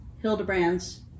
Hildebrand's